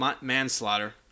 manslaughter